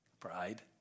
Pride